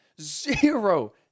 zero